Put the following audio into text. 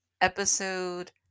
episode